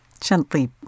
gently